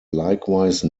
likewise